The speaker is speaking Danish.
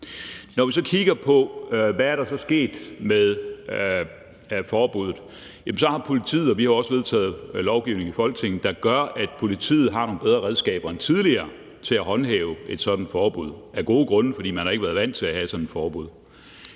Når vi så kigger på, hvad der er sket med forbuddet, så har politiet – og vi har også vedtaget lovgivning i Folketinget – nogle bedre redskaber end tidligere til at håndhæve et sådant forbud; af gode grunde, for man har ikke været vant til at have sådan et forbud.